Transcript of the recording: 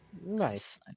nice